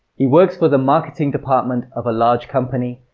he works for the marketing department of a large company,